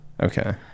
okay